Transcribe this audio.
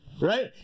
right